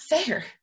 fair